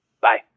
Bye